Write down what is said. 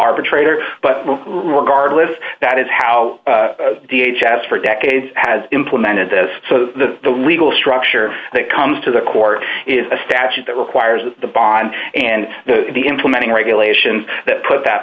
arbitrator but regardless that is how d h as for decades has implemented as so the the legal structure that comes to the court is a statute that requires the bond and the implementing regulations that put that